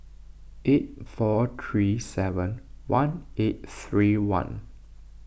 eight four three seven one eight three one